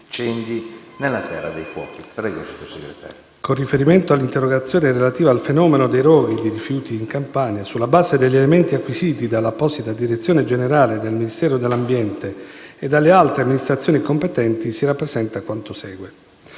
con riferimento all'interrogazione relativa al fenomeno dei roghi di rifiuti in Campania, sulla base degli elementi acquisiti dall'apposita direzione generale del Ministero dell'ambiente e della tutela del territorio e del mare e dalle altre amministrazioni competenti, si rappresenta quanto segue.